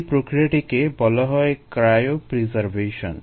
এই প্রক্রিয়াটিকে বলা হয় ক্রাইয়োপ্রিসারভেশন